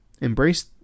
Embrace